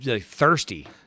thirsty